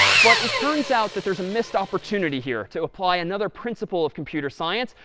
but it turns out that there's a missed opportunity here to apply another principle of computer science,